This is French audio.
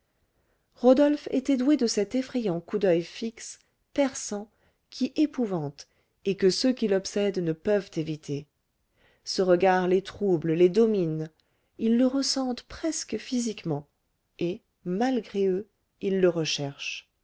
rodolphe était doué de cet effrayant coup d'oeil fixe perçant qui épouvante et que ceux qu'il obsède ne peuvent éviter ce regard les trouble les domine ils le ressentent presque physiquement et malgré eux ils le recherchent